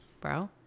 bro